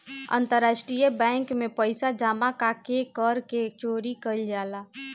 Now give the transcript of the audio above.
अंतरराष्ट्रीय बैंक में पइसा जामा क के कर के चोरी कईल जाला